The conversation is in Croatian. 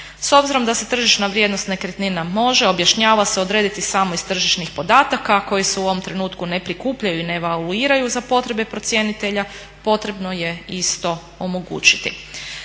S obzirom da se tržišna vrijednost nekretnina može objašnjava se odrediti samo iz tržišnih podataka koji se u ovom trenutku ne prikupljaju i ne evaluiraju za potrebe procjenitelja potrebno je isto omogućiti.